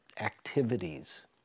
activities